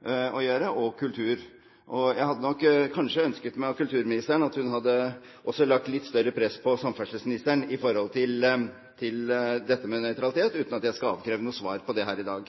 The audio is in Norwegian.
og Kulturdepartementet. Jeg hadde nok kanskje ønsket meg at kulturministeren også hadde lagt et litt større press på samferdselsministeren med tanke på dette med nøytralitet, uten at jeg skal avkreve noe svar på det her i dag.